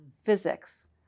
physics